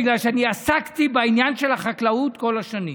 בגלל שאני עסקתי בעניין של החקלאות כל השנים.